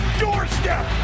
doorstep